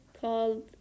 called